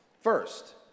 First